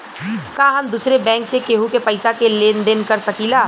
का हम दूसरे बैंक से केहू के पैसा क लेन देन कर सकिला?